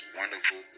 wonderful